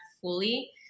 fully